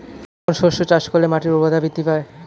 কোন শস্য চাষ করলে মাটির উর্বরতা বৃদ্ধি পায়?